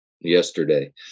yesterday